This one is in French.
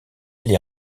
les